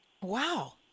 Wow